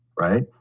right